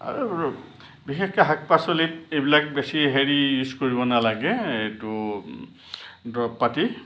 আৰু বিশেষকৈ শাক পাচলিত এইবিলাক বেছি হেৰি ইউজ কৰিব নালাগে এইটো দৰৱ পাতি